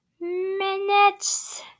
minutes